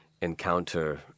encounter